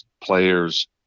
players